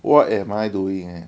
what am I doing eh